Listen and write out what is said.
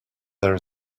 there